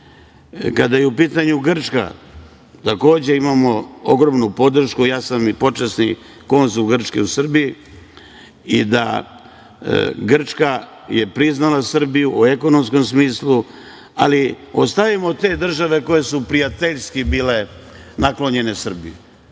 je u pitanju Grčka, takođe imamo ogromnu podršku, ja sam i počasni konzul Grčke u Srbiji i Grčka je priznala Srbiju u ekonomskom smislu, ali ostavimo te države koje su prijateljski bile naklonjene